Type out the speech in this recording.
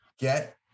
get